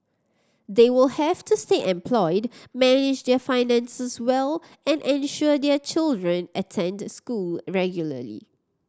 they will have to stay employed manage their finances well and ensure their children attend school regularly